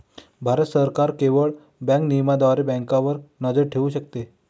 भारत सरकार केवळ बँक नियमनाद्वारे बँकांवर नजर ठेवू शकते